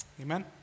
amen